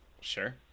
sure